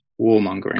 warmongering